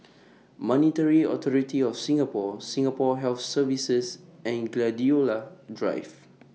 Monetary Authority of Singapore Singapore Health Services and Gladiola Drive